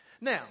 Now